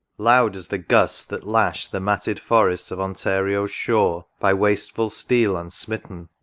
loud as the gusts that lash the matted forests of ontario's shore by wasteful steel unsmitten,